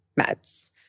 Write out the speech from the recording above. meds